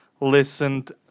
listened